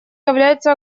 являются